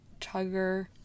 tugger